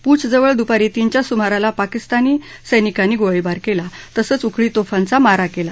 पूंछ जवळ दुपारी तीनच्या सुमाराला पाकिस्तानी सैनिकांनी गोळीबार केला तसंच उखळी तोफांचा मारा केला